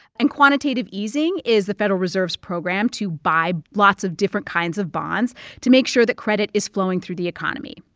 and quantitative easing is the federal reserve's program to buy lots of different kinds of bonds to make sure that credit is flowing through the economy.